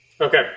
Okay